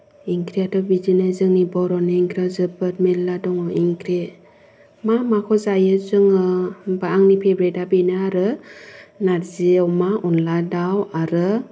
ओंख्रियाथ' बिदिनो जोंनि बर'नि ओंख्रियाव जोबोद मेल्ला दङ ओंख्रि मा माखौ जायो जोङो होनब्ला आंनि फेभराइटआ बेनो आरो नारजि अमा अनद्ला दाउ आरो